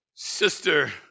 Sister